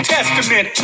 Testament